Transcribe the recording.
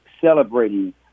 celebrating